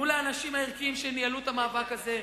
מול האנשים הערכיים שניהלו את המאבק הזה,